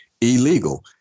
illegal